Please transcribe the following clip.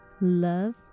love